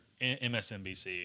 MSNBC